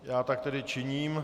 Já tak tedy činím.